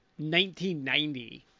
1990